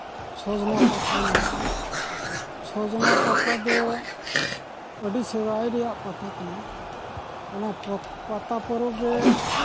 ᱥᱚᱡᱱᱟ ᱯᱟᱛᱟ ᱢᱮᱱᱟᱜᱼᱟ ᱥᱚᱡᱱᱟ ᱯᱟᱛᱟ ᱫᱚ ᱟᱹᱰᱤ ᱥᱮᱫᱟᱭ ᱨᱮᱭᱟᱜ ᱯᱟᱛᱟ ᱠᱟᱱᱟ ᱚᱱᱟ ᱯᱟᱛᱟ ᱯᱚᱨᱚᱵᱽ ᱨᱮ